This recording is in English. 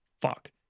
fuck